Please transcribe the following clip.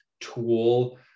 tool